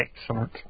excellent